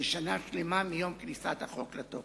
של שנה שלמה מיום כניסת החוק לתוקף.